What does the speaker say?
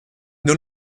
nur